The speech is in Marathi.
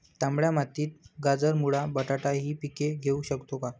तांबड्या मातीत गाजर, मुळा, बटाटा हि पिके घेऊ शकतो का?